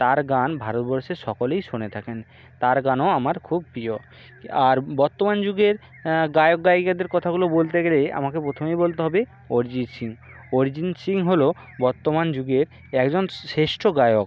তার গান ভারতবর্ষের সকলেই শুনে থাকেন তার গানও আমার খুব প্রিয় আর বর্তমান যুগের গায়ক গায়িকাদের কথাগুলো বলতে গেলে আমাকে প্রথমেই বলতে হবে অরজিত সিং অরজিৎ সিং হলো বর্তমান যুগের একজন শেষ্ঠ গায়ক